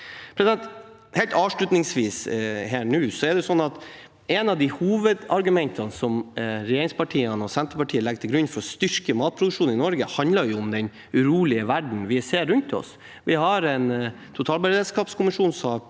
Helt avslutningsvis: Et av hovedargumentene som regjeringspartiene og Senterpartiet legger til grunn for å styrke matproduksjonen i Norge, er den urolige verdenen vi ser rundt oss. Vi har en totalberedskapskommisjon som